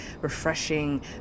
refreshing